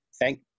Thank